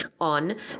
on